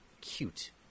cute